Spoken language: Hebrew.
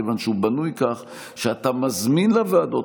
כי הוא בנוי כך שאתה מזמין לוועדות,